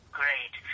great